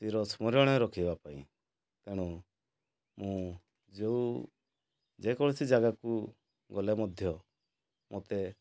ଚିରସ୍ମରଣୀୟ ରଖିବା ପାଇଁ ତେଣୁ ମୁଁ ଯେଉଁ ଯେକୌଣସି ଜାଗାକୁ ଗଲେ ମଧ୍ୟ ମୋତେ